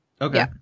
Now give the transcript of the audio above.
Okay